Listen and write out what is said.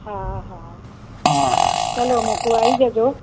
હા હા ચલો મૂકું આવી જજો